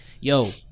yo